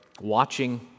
watching